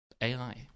AI